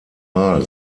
mal